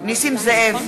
בהצבעה נסים זאב,